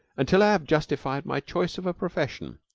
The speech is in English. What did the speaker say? until i have justified my choice of a profession.